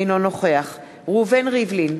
אינו נוכח ראובן ריבלין,